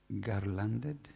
Garlanded